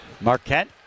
Marquette